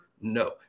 No